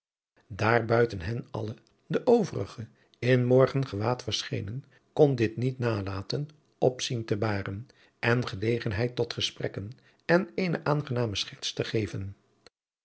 buiten hen alle de overige in morgengewaad verschenen kon dit niet nalaten opzien te baren en gelegenheid tot gesprekken en eene aangename scherts te geven